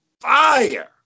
fire